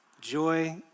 Joy